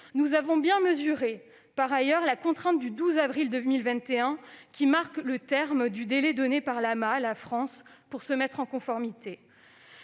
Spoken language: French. Nous avons bien mesuré, par ailleurs, la contrainte de la date du 12 avril 2021, qui marque le terme du délai donné par l'AMA à la France pour se mettre en conformité.